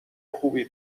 خوبی